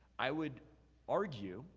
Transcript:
i would argue,